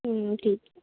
ठीक